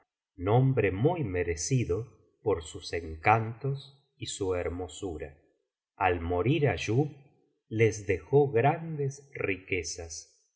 nombre muy merecido por sus encantos y su hermosura al morir ayub les dejó grandes riquezas en